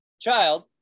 child